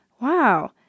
wow